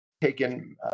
taken